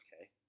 okay